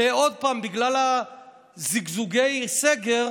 שעוד פעם, בגלל זיגזוגי סגר,